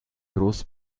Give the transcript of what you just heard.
groß